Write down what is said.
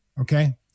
Okay